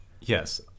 Yes